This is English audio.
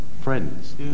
friends